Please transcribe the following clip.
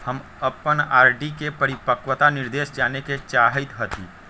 हम अपन आर.डी के परिपक्वता निर्देश जाने के चाहईत हती